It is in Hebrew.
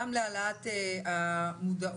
גם להעלאת המודעות,